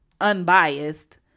unbiased